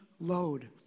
load